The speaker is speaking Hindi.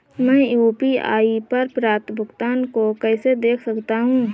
मैं यू.पी.आई पर प्राप्त भुगतान को कैसे देख सकता हूं?